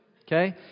Okay